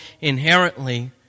inherently